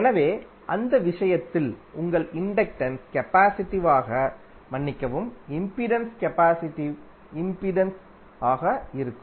எனவே அந்த விஷயத்தில் உங்கள் இண்டக்டன்ஸ் கபாசிடிவ் ஆக மன்னிக்கவும் இம்பிடன்ஸ் கபாசிடிவ் இம்பிடன்ஸ் ஆக இருக்கும்